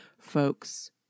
folks